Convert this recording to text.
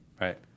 right